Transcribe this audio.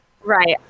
Right